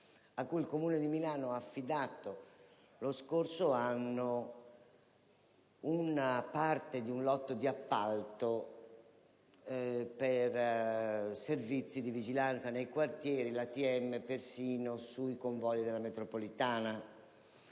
a cui il Comune di Milano lo scorso anno aveva affidato una parte di un lotto di appalto per servizi di vigilanza nei quartieri e persino sui convogli della metropolitana.